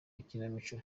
ikinamico